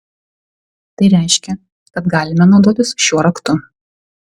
tai reiškia kad galime naudotis šiuo raktu